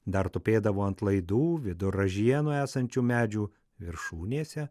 dar tupėdavo ant laidų vidur ražienų esančių medžių viršūnėse